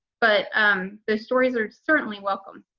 but um the stories are certainly welcome.